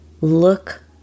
look